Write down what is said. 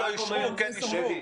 היום זה התל"ן.